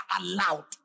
allowed